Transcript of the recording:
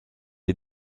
les